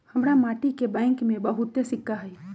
हमरा माटि के बैंक में बहुते सिक्का हई